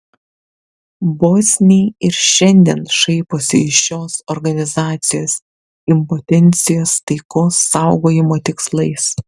bosniai ir šiandien šaiposi iš šios organizacijos impotencijos taikos saugojimo tikslais